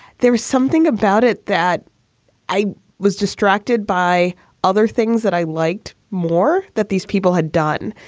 there was something about it that i was distracted by other things that i liked more that these people had done,